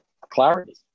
clarity